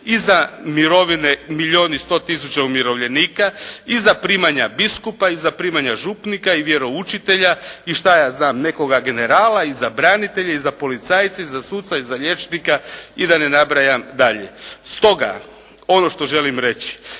i za mirovine milijun i 100 tisuća umirovljenika i za primanja biskupa i za primanja župnika i vjeroučitelja i šta ja znam nekoga generala i za branitelje i za policajce i za suca i za liječnika i da ne nabrajam dalje. Stoga ono što želim reći